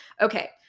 Okay